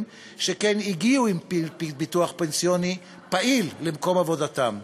שהגיעו עם ביטוח פנסיוני פעיל למקום עבודתם.